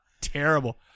terrible